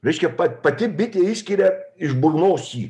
reiškia pati bitė išskiria iš burnos jį